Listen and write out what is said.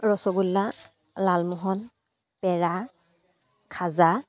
ৰসগোল্লা লালমোহন পেৰা খাজা